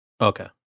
okay